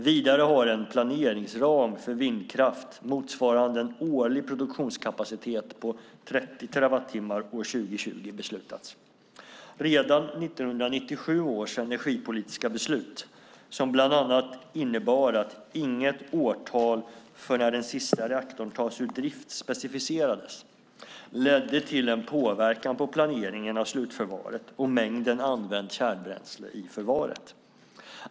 Vidare har en planeringsram för vindkraft motsvarande en årlig produktionskapacitet på 30 terawattimmar år 2020 beslutats. Redan 1997 års energipolitiska beslut, som bland annat innebar att inget årtal för när den sista reaktorn tas ur drift specificerades, ledde till en påverkan på planeringen av slutförvaret och mängden använt kärnbränsle i förvaret.